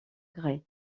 gré